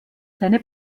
seine